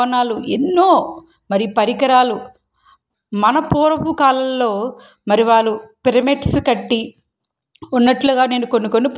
భవనాలు ఎన్నో మరి పరికరాలు మన పూర్వకాలంలో మరి వారు పిరమిడ్స్ కట్టి ఉన్నట్టుగా నేను కొన్నికొన్ని